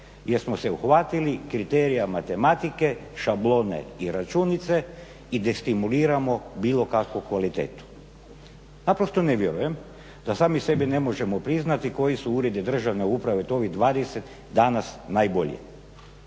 jer smo se uhvatili kriterija matematike, šablone i računice i destimuliramo bilo kakvu kvalitetu. Naprosto ne vjerujem da sami sebi ne možemo priznati koji su Uredi državne uprave to ovih 20 danas najbolji.